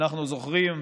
אנחנו זוכרים,